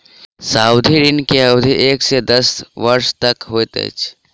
सावधि ऋण के अवधि एक से दस वर्ष तक होइत अछि